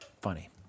Funny